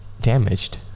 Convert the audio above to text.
damaged